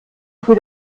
für